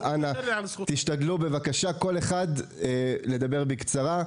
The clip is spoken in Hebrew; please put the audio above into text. אז אנא, תשתדלו לדבר בקצרה.